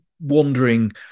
wandering